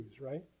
right